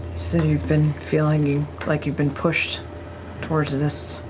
said you've been feeling like you've been pushed towards this